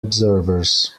observers